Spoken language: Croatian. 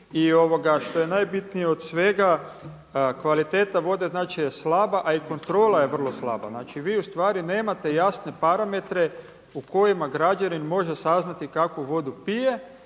i što je najbitnije od svega kvaliteta vode znači da je slaba, a i kontrola je vrlo slaba. Znači, vi ustvari nemate jasne parametre u kojima građanin može saznati kakvu vodu pije